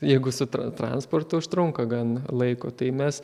jeigu su tra transportu užtrunka gan laiko tai mes